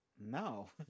No